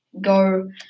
go